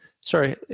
Sorry